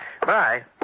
Bye